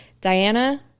Diana